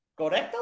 Correcto